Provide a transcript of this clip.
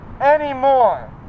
anymore